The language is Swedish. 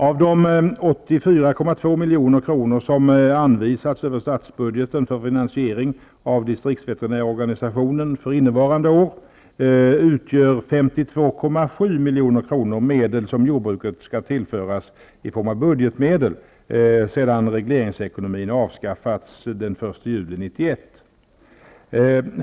Av de 84,2 milj.kr. som har anvisats över statsbudgeten för finansiering av distriktsveterinärorganisationen för innevarande budgetår, utgör 52,7 milj.kr. medel som jordbruket skall tillföras i form av budgetmedel sedan regleringsekonomin avskaffats den 1 juli 1991.